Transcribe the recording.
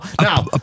Now